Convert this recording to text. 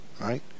Right